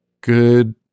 Good